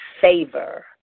favor